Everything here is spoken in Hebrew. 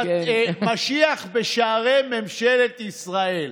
משיח בשערי ממשלת ישראל.